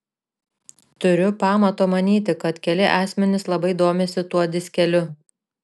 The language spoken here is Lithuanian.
turiu pamato manyti kad keli asmenys labai domisi tuo diskeliu